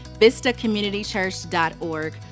vistacommunitychurch.org